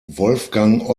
wolfgang